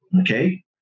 Okay